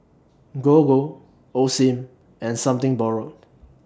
Gogo Osim and Something Borrowed